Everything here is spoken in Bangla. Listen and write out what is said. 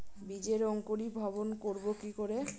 বীজের অঙ্কোরি ভবন করব কিকরে?